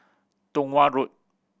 Tong Watt Road